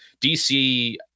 dc